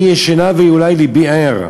אני ישנה ואולי לבי ער.